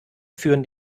führen